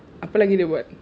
apa lagi dia buat